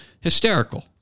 hysterical